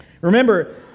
Remember